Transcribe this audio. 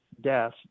death